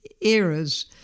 eras